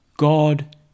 God